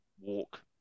walk